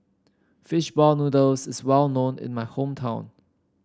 fish ball noodles is well known in my hometown